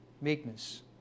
Meekness